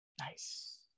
Nice